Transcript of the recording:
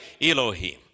Elohim